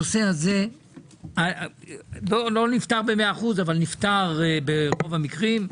הנושא לא נפתר ב-100% אבל נפתר ברוב המקרים.